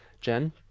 jen